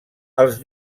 als